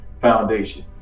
foundation